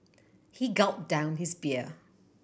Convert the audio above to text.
he gulped down his beer